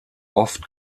oft